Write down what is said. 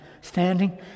standing